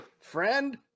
friend